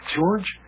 George